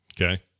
Okay